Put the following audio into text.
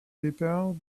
départ